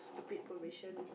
stupid probation